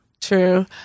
True